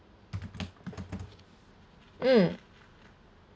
mm